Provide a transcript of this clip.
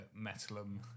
Metalum